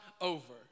over